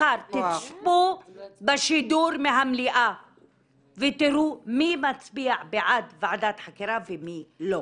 מחר תצפו בשידור מהמליאה ותראו מי מצביע בעד ועדת חקירה ומי לא.